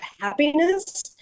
happiness